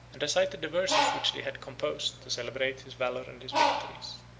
and recited the verses which they had composed, to celebrate his valor and his victories.